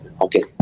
Okay